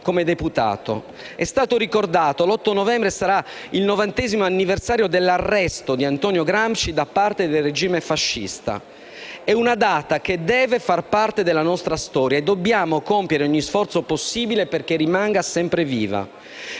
come deputato. Come è stato ricordato, l'8 novembre sarà il 90° anniversario dell'arresto di Antonio Gramsci da parte del regime fascista. È una data che deve far parte della nostra storia e dobbiamo compiere ogni sforzo possibile perché rimanga sempre viva.